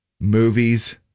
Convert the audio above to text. movies